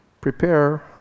prepare